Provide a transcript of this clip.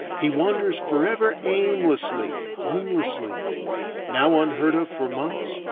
he wanders forever aimlessly, homelessly now unheard of for months,